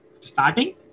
starting